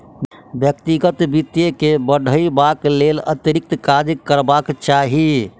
व्यक्तिगत वित्त के बढ़यबाक लेल अतिरिक्त काज करबाक चाही